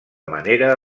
manera